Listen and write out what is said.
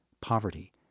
poverty